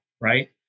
right